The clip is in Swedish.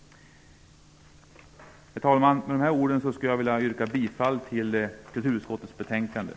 Herr talman! Med dessa ord vill jag yrka bifall till kulturutskottets hemställan.